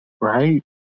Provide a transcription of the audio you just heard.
Right